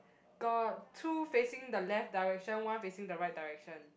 got two facing the left direction one facing the right direction